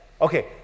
Okay